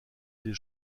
des